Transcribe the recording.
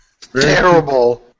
terrible